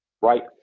right